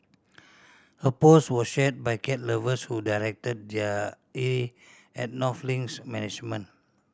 her post was share by cat lovers who directed their ire at North Link's management